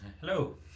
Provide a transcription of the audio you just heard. Hello